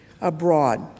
abroad